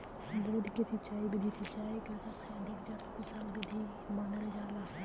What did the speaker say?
बूंद से सिंचाई विधि सिंचाई क सबसे अधिक जल कुसल विधि मानल जाला